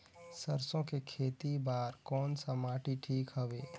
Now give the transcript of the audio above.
सरसो के खेती बार कोन सा माटी ठीक हवे?